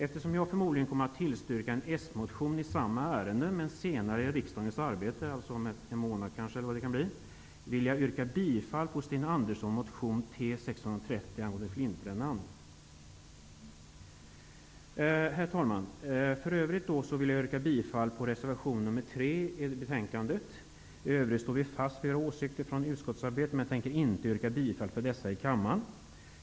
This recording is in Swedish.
Jag kommer förmodligen att tillstyrka en s-motion i samma ärende vilken kommer att behandlas senare i riksdagens arbete, kanske om cirka en månad, och jag vill nu yrka bifall till Sten Herr talman! Jag vill också yrka bifall till reservation 3 i betänkandet. I övrigt står vi fast vid våra åsikter från utskottsarbetet, men tänker inte yrka bifall till dessa i kammaren.